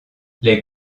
les